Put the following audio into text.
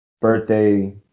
birthday